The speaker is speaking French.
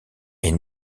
est